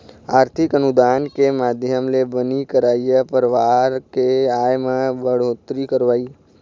आरथिक अनुदान के माधियम ले बनी करइया परवार के आय म बड़होत्तरी करवई